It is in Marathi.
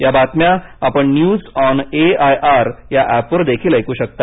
या बातम्या आपण न्यूज ऑन एआयआर या ऍपवर देखील ऐकू शकता